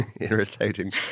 irritating